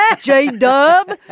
J-Dub